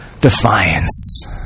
defiance